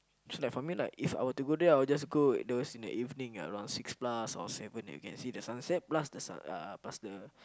so like for me like If I were to go there I would just go those in the evening at around six plus or seven and you can see the sunset plus the sun uh plus the